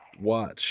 Watch